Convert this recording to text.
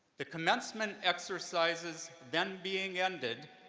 the commencement exercises then being ended,